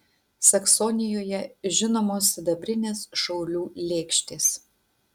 saksonijoje žinomos sidabrinės šaulių lėkštės